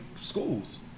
schools